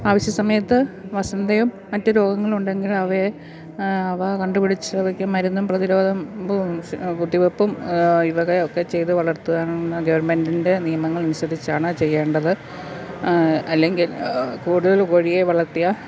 ആവശ്യസമയത്ത് വസന്തയും മറ്റ് രോഗങ്ങളും ഉണ്ടെങ്കിൽ അവയെ അവ കണ്ടുപിടിച്ച് അവക്ക് മരുന്നും പ്രതിരോധം കുത്തിവെപ്പും ഈവകയൊക്കെ ചെയ്ത് വളർത്തുക എന്നുള്ള ഗവൺമെൻറ്റിൻ്റെ നിയമങ്ങൾ അനുസരിച്ചാണ് ചെയ്യേണ്ടത് അല്ലെങ്കിൽ കൂടുതൽ കോഴിയെ വളർത്തിയാൽ